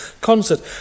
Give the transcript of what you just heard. concert